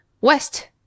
West